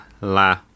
la